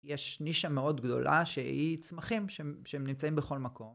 יש נישה מאוד גדולה שהיא צמחים שהם נמצאים בכל מקום